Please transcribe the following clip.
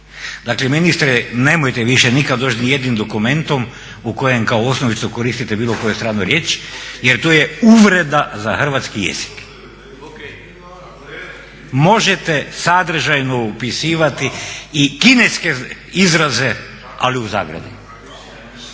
Dakle ministre nemojte više nikad doći ni s jednim dokumentom u kojem kao osnovicu koristite bilo koju stranu riječ jer to je uvreda za hrvatski jezik. Možete sadržajno upisivati i kineske izraze ali u zagradi.